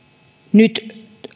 nyt